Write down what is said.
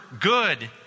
good